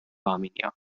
armenia